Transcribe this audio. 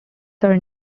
sir